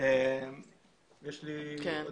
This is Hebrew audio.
יש פה